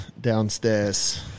downstairs